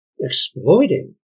exploiting